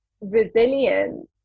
resilience